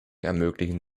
ermöglichen